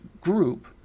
group